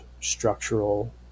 structural